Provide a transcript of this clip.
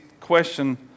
question